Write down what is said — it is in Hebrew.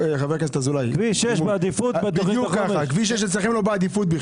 כביש 6 אצלכם בכלל לא בעדיפות.